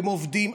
הם עובדים.